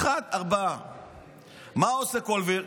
אחד נתן 4. מה עושה קלובר?